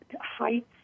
heights